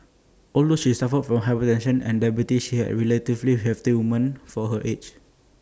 although she suffered from hypertension and diabetes she have relatively healthy woman for her age